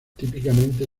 típicamente